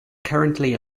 currently